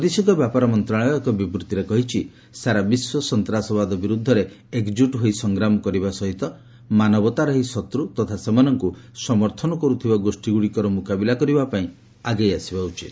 ବୈଦେଶିକ ବ୍ୟାପାର ମନ୍ତ୍ରଣାଳୟ ଏକ ବିବୃତ୍ତିରେ କହିଛି ସାରା ବିଶ୍ୱ ସନ୍ତାସବାଦ ବିରୁଦ୍ଧରେ ଏକଜୁଟ ହୋଇ ସଂଗ୍ରାମ କରିବା ସହିତ ମାନବତାର ଏହି ଶତ୍ର ତଥା ସେମାନଙ୍କୁ ସମର୍ଥନ କରୁଥିବା ଗୋଷ୍ଠୀଗୁଡ଼ିକର ମୁକାବିଲା କରିବା ପାଇଁ ଆଗେଇ ଆସିବା ଉଚିତ